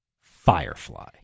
Firefly